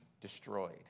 destroyed